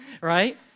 right